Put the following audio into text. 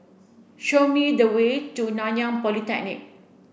show me the way to Nanyang Polytechnic